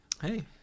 Hey